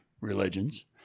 religions